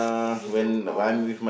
video call